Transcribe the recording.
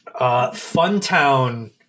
Funtown